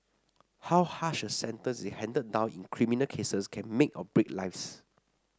how harsh a sentence is handed down in criminal cases can make or break lives